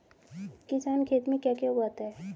किसान खेत में क्या क्या उगाता है?